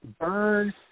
burn